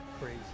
Crazy